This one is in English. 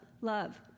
love